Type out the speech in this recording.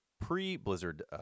pre-Blizzard